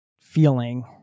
feeling